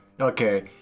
Okay